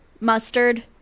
mustard